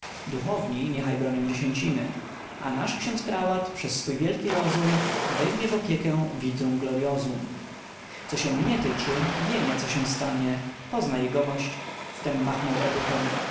duchowni niechaj bronią dziesięciny a nasz xiądz prałat przez swój wielki rozum weźmie w opiekę vitrum gloriosum co się mnie tycze wiem ja co się stanie pozna jegomość wtem machnął obuchem